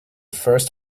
first